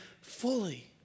fully